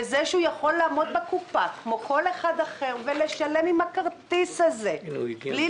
זה שהוא יכול לעמוד בקופה כמו כל אחד אחר ולשלם עם הכרטיס הזה בלי